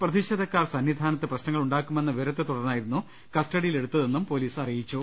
പ്രതിഷേധക്കാർ സന്നിധാനത്ത് പ്രശ്നങ്ങളുണ്ടാക്കുമെന്ന വിവരത്തെ തുടർന്നായിരുന്നു കസ്റ്റഡിയിലെടുത്തതെന്ന് പൊലീസ് പറഞ്ഞു